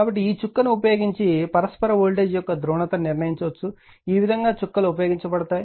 కాబట్టి ఈ చుక్కను ఉపయోగించి పరస్పర వోల్టేజ్ యొక్క ధ్రువణత ను నిర్ణయించవచ్చు ఈ విధంగా చుక్కలు ఉపయోగించబడతాయి